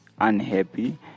unhappy